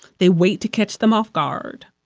they wait to catch them off guard,